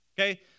okay